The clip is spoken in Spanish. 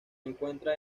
encuentra